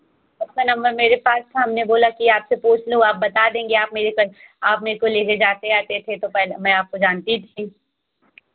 आपका नंबर मेरे पास था हमने बोल की आपसे पूछ लूँ आप बता देंगे आप मेरे संग आप मेरेको लेने जाते आते थे तो पर में आपको जानती थी